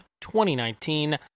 2019